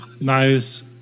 nice